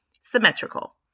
Symmetrical